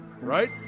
Right